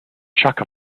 chuck